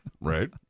Right